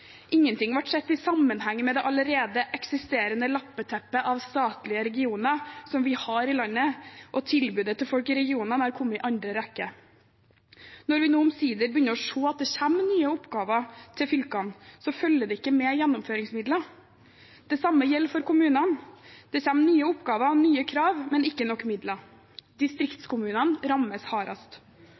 Ingenting ble sett i sammenheng med det allerede eksisterende lappeteppet av statlige regioner som vi har i landet, og tilbudet til folk i regionene har kommet i andre rekke. Når vi nå omsider begynner å se at det kommer nye oppgaver til fylkene, følger det ikke med gjennomføringsmidler. Det samme gjelder for kommunene. Det kommer nye oppgaver og nye krav, men ikke nok midler. Distriktskommunene rammes hardest.